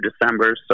December